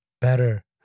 better